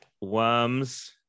Worms